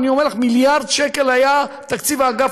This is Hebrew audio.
אני אומר לך: מיליארד שקל היה תקציב האגף